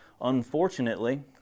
unfortunately